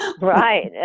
Right